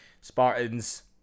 Spartans